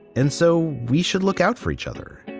and so we should look out for each other.